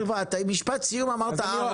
משפט סיום, אמרת ארבע.